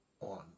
on